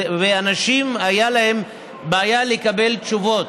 ואנשים, הייתה להם בעיה לקבל תשובות.